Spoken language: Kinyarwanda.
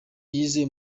yize